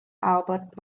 albert